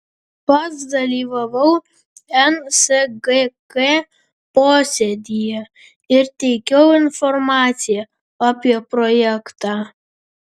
pats dalyvavau nsgk posėdyje ir teikiau informaciją apie projektą